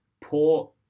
poor